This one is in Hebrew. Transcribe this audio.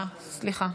סליחה.